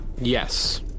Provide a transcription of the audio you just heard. Yes